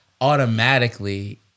automatically